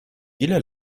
ile